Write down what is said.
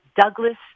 Douglas